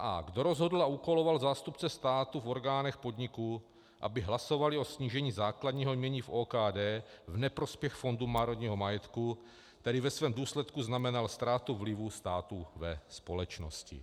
A. Kdo rozhodl a úkoloval zástupce státu v orgánech podniků, aby hlasovali o snížení základního jmění v OKD v neprospěch Fondu národního majetku, který ve svém důsledku znamenal ztrátu vlivu státu ve společnosti.